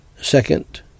Second